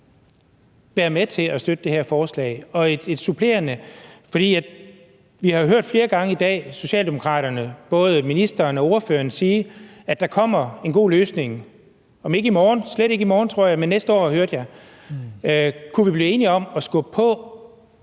være med til at støtte det her forslag? Og et supplerende spørgsmål: Vi har flere gange i dag hørt Socialdemokraterne, både ministeren og ordføreren, sige, at der kommer en god løsning, om ikke i morgen – slet ikke i morgen, tror jeg – men næste år, hørte jeg. Kunne vi blive enige om at skubbe på,